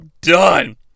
done